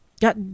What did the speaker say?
got